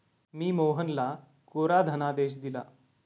मी मोहनला कोरा धनादेश दिला